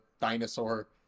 dinosaur